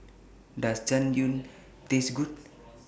Does Jian Dui Taste Good